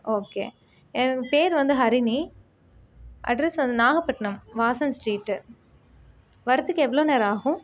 okay என் பேரு வந்து ஹரிணி அட்ரெஸ் வந்து நாகப்பட்டினம் வாசன் ஸ்ட்ரீட்டு வரதுக்கு எவ்வளோ நேரம் ஆகும்